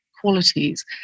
qualities